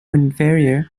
inferior